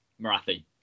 marathi